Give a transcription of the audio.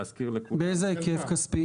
להזכיר לכולם --- באיזה היקף כספי?